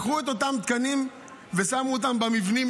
לקחו את אותם תקנים ושמו אותם במבנים,